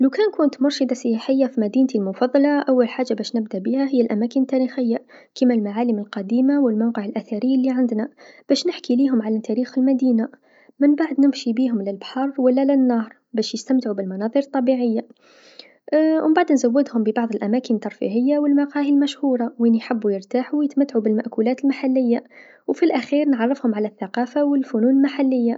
لوكان كنت مرشدا سياحيه في مدينتي المفضله أول حاجه باش نبدا بيها هي الأماكن التاريخيه كيما المعالم القديمه و الموقع الأثري لعندنا باش نحكي ليهم على تاريخ المدينه، منبعد نمشي بيهم للبحر و لا لنهر باش يستمتعو بالمناظر الطبيعيه منبعد نزودهم ببعض الأماكن الترفيهيه و المقاهي المشهوره وين يحبو يرتاحو و يتمتعوا بالمأكولات المحليه و في الأخير نعرفهم على الثقافه و الفنون المحليه.